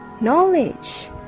knowledge